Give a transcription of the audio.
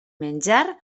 menjar